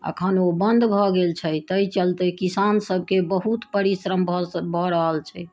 अखन ओ बन्द भऽ गेल छै ताहि चलते किसान सभके बहुत परिश्रम भऽ रहल छै